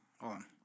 on